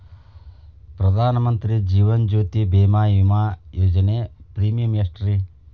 ಪ್ರಧಾನ ಮಂತ್ರಿ ಜೇವನ ಜ್ಯೋತಿ ಭೇಮಾ, ವಿಮಾ ಯೋಜನೆ ಪ್ರೇಮಿಯಂ ಎಷ್ಟ್ರಿ?